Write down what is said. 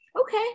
Okay